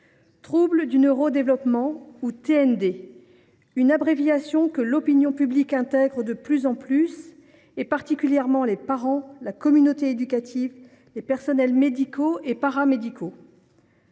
troubles du neurodéveloppement, ou TND : une abréviation que l’opinion publique – plus particulièrement les parents, la communauté éducative et les professionnels médicaux et paramédicaux